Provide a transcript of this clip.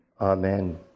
Amen